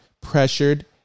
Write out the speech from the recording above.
pressured